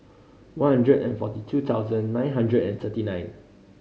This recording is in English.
one hundred and forty two thousand nine hundred and thirty nine